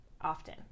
often